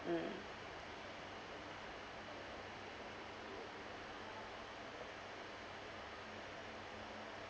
mm